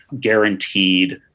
guaranteed